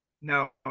no